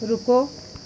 रुको